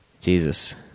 Jesus